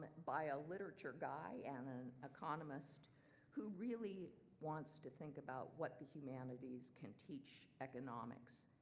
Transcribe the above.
by a literature guy and an economist who really wants to think about what the humanities can teach economics.